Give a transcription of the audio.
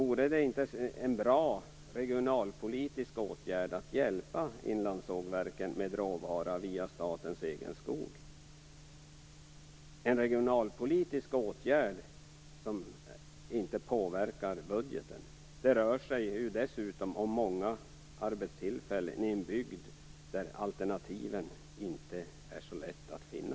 Vore det inte en bra regionalpolitisk åtgärd att hjälpa inlandssågverken med råvara via statens egen skog? Det är en regionalpolitisk åtgärd som inte påverkar budgeten. Det rör sig ju dessutom om många arbetstillfällen i en bygd där alternativen inte är så lätta att finna.